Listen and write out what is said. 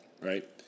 right